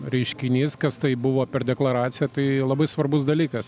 reiškinys kas tai buvo per deklaracija tai labai svarbus dalykas